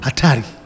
Atari